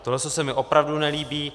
Toto se mi opravdu nelíbí.